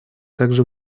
также